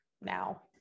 now